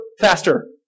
faster